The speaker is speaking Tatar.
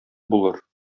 булыр